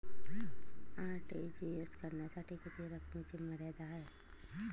RTGS करण्यासाठी किती रकमेची मर्यादा आहे?